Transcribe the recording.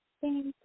Thank